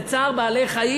זה צער בעלי-חיים,